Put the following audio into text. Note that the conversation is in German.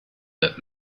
wird